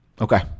Okay